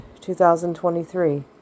2023